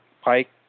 Pike